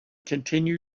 continue